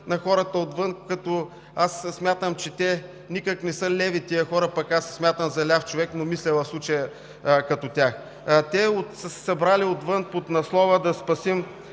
на хората отвън, като аз смятам, че те никак не са леви, тези хора, а пък аз се смятам за ляв човек, но мисля в случая като тях. Те са се събрали отвън под надслова: „Да спасим